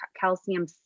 calcium